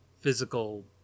physical